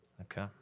Okay